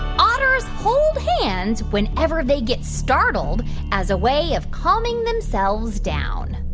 otters hold hands whenever they get startled as a way of calming themselves down?